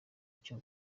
icyo